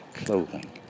clothing